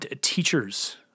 teachers